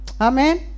Amen